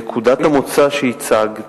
נקודת המוצא שהצגת,